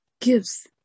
gives